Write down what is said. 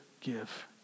give